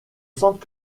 centre